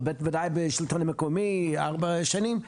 אבל בוודאי בשלטון המקומי ארבע שנים,